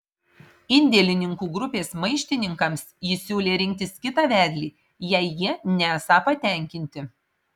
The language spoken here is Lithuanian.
indėlininkų grupės maištininkams jis siūlė rinktis kitą vedlį jei jie nesą patenkinti